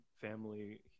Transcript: family